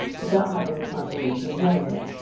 without having the consolation of knowing it.